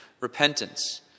repentance